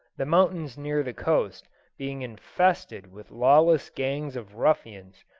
the mountains near the coast being infested with lawless gangs of ruffians,